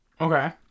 Okay